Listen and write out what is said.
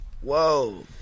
Whoa